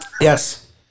yes